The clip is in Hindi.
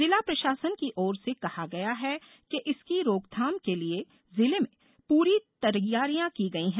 जिला प्रशासन की ओर से कहा गया है कि इसके रोकथाम के लिए जिले में पूरी तैयारियां की गई हैं